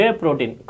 protein